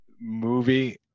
movie